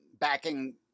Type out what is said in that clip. backing